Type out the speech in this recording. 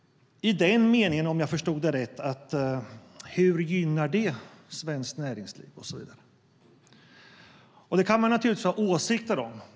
Hur gynnar det svenskt näringsliv och så vidare? Det kan man naturligtvis ha åsikter om.